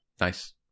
Nice